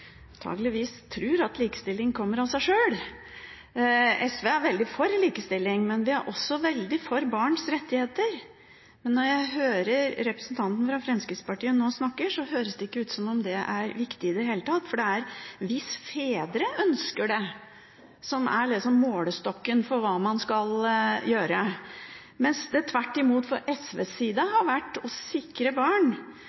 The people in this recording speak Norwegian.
antakeligvis tror at likestilling kommer av seg sjøl. SV er veldig for likestilling, men vi er også veldig for barns rettigheter. Men når jeg hører representanten fra Fremskrittspartiet snakke nå, virker det ikke som det er viktig i det hele tatt. For det er fedrenes ønske som liksom er målestokken for hva man skal gjøre. For SV har det tvert